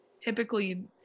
typically